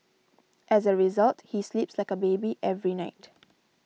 as a result he sleeps like a baby every night